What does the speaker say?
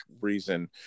reason